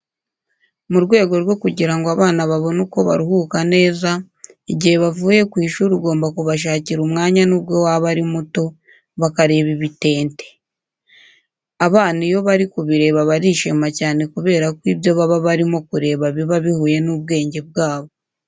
Mu rwego rwo kugira ngo abana babone uko baruhuka neza, igihe bavuye ku ishuri ugomba kubashakira umwanya nubwo waba ari muto, bakareba ibitente. Abana iyo bari kubireba barishima cyane kubera ko ibyo baba barimo kureba biba bihuye n'ubwenge bwabo.